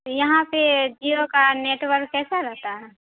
یہاں پہ جیو کا نیٹورک کیسا رہتا ہے